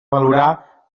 valorar